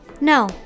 No